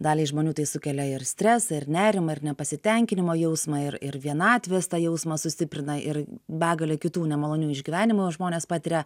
daliai žmonių tai sukelia ir stresą ir nerimą ir nepasitenkinimo jausmą ir ir vienatvės tą jausmą sustiprina ir begalė kitų nemalonių išgyvenimų žmonės patiria